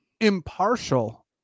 impartial